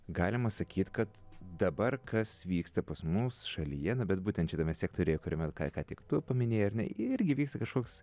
galima sakyt kad dabar kas vyksta pas mus šalyje na bet būtent šitame sektoriuje kuriame ką ką tik tu paminėjai ar ne irgi vyksta kažkoks